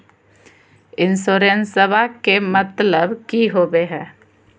इंसोरेंसेबा के मतलब की होवे है?